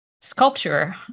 sculpture